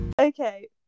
okay